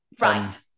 Right